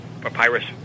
Papyrus